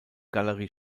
galerie